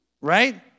right